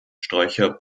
sträucher